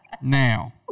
Now